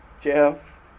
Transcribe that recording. Jeff